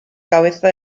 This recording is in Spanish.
cabeza